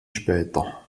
später